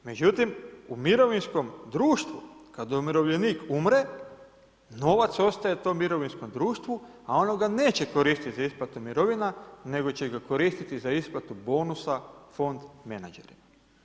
Međutim, u mirovinskom društvu kad umirovljenik umre novac ostaje tom mirovinskom društvu, a ono ga neće koristiti za isplatu mirovina nego će ga koristiti za isplatu bonusa fond menađerima.